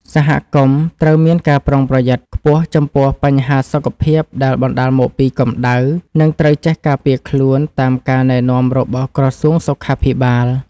សហគមន៍ត្រូវមានការប្រុងប្រយ័ត្នខ្ពស់ចំពោះបញ្ហាសុខភាពដែលបណ្តាលមកពីកម្តៅ និងត្រូវចេះការពារខ្លួនតាមការណែនាំរបស់ក្រសួងសុខាភិបាល។